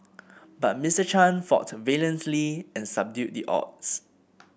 but Mister Chan fought valiantly and subdued the odds